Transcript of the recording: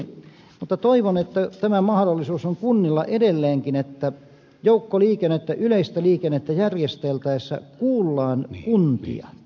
mutta toivon että tämä mahdollisuus on kunnilla edelleenkin että joukkoliikennettä yleistä liikennettä järjesteltäessä kuullaan kuntia